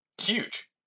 Huge